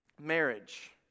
marriage